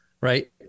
right